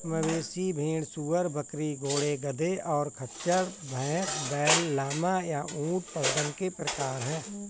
मवेशी, भेड़, सूअर, बकरी, घोड़े, गधे, और खच्चर, भैंस, बैल, लामा, या ऊंट पशुधन के प्रकार हैं